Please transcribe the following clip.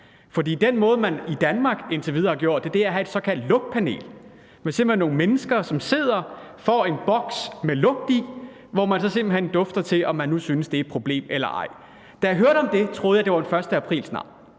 ej. Den måde, man i Danmark indtil videre har gjort det på, er ved at have et såkaldt lugtpanel, altså simpelt hen nogle mennesker, som sidder og får en boks med lugt i, og så dufter man til den og siger, om man nu synes, det er et problem eller ej. Da jeg hørte om det, troede jeg det var en aprilsnar,